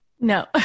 No